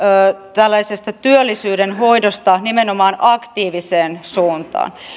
tällaisesta työllisyyden hoidosta nimenomaan aktiiviseen suuntaan